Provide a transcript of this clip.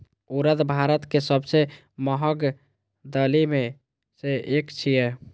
उड़द भारत के सबसं महग दालि मे सं एक छियै